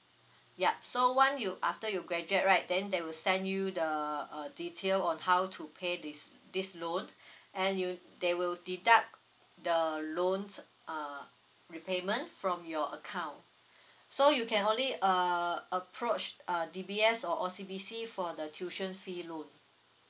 yup so once you after you graduate right then they will send you the uh detail on how to pay this this loan and you they will deduct the loan uh repayment from your account so you can only uh approach uh D_B_S or O_C_B_C for the tuition fee loan